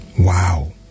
wow